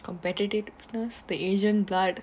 competitiveness the asian blood